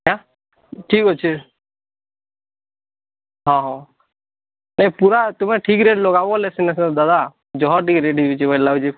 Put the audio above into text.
ଆଁ ଠିକ୍ ଅଛି ହଁ ହଁ ନାଇଁ ପୁରା ତୁମେ ଠିକ୍ ରେଟ୍ ଲଗାବୋ ବୋଲେ ସିନା ଦାଦା ଯହ ଟିକେ ରେଟ୍ ହେଇଯାଇଛି ବୋଲି ଲାଗୁଛି